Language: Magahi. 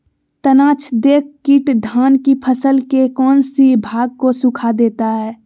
तनाछदेक किट धान की फसल के कौन सी भाग को सुखा देता है?